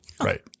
Right